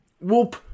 Whoop